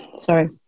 Sorry